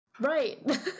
Right